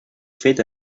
fet